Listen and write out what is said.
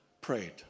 prayed